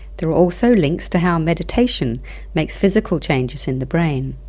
there are also links to how meditation makes physical changes in the brain.